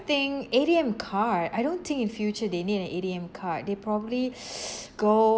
think A_T_M card I don't think in future they need an A_T_M card they probably go